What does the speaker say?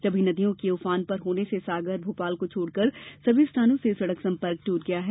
सभी नदियों के उफान पर होने से सागर भोपाल को छोड़कर सभी स्थानों से सड़क संपर्क ट्रट गया है